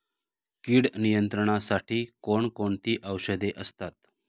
कीड नियंत्रणासाठी कोण कोणती औषधे असतात?